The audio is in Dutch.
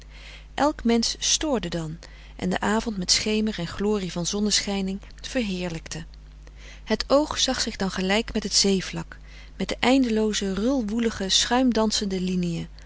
elk mensch stoorde dan en de avond met schemer en glorie van zonnescheiding verheerlijkte het oog zag zich dan gelijk met het zeevlak met de eindelooze rul woelige schuimdansende liniën